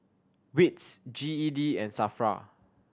wits G E D and SAFRA